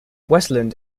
westland